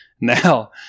now